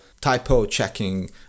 typo-checking